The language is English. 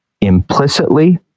implicitly